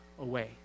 away